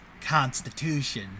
Constitution